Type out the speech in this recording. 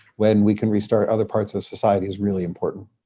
when we can restart other parts of society is really important.